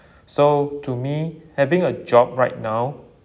so to me having a job right now